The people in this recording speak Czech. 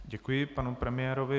Děkuji panu premiérovi.